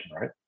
right